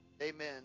Amen